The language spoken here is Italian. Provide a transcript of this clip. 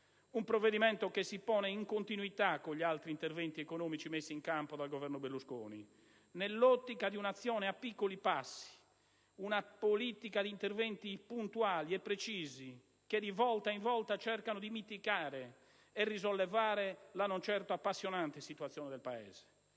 Un provvedimento che si pone in continuità con gli altri interventi economici messi in campo dal Governo Berlusconi, nell'ottica di una azione a piccoli passi, una politica di interventi puntuali e precisi, che di volta in volta cercano di mitigare e risollevare la non certo appassionante situazione del Paese.